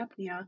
apnea